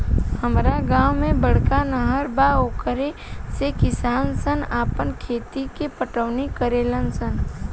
हामरा गांव में बड़का नहर बा ओकरे से किसान सन आपन खेत के पटवनी करेले सन